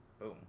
boom